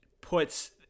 puts